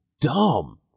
dumb